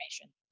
information